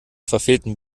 verfehlten